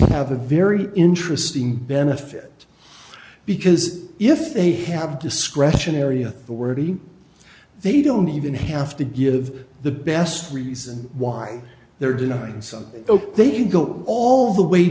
have a very interesting benefit because if they have discretionary authority they don't even have to give the best reason why they're denying something they can go all the way